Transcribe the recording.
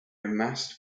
amassed